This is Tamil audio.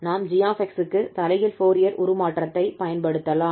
நாம் 𝑔𝑥 க்கு தலைகீழ் ஃபோரியர் உருமாற்றத்தைப் பயன்படுத்தலாம்